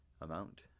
amount